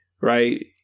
Right